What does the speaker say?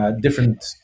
different